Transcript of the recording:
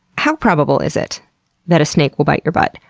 how probable is it that a snake will bite your butt?